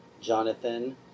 Jonathan